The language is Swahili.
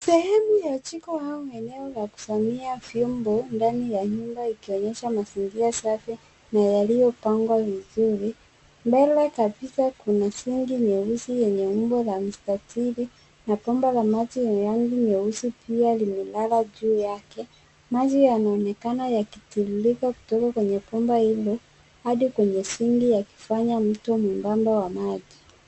Sehemu ya jiko au eneo la kusafishia vyombo ndani ya nyumba ikionyesha mazingira safi na yaliyopangwa vizuri, mbele kabisa kuna sinki nyeusi yenye umbo la mstatili na kombe la maji wenye rangi nyeusi pia limelala juu yake. Maji yanaonekana yaki tiririka kutoka kwenye bomba hilo adi kwenye sinki yakifanya mto mwebamba wa maji.